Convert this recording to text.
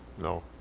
no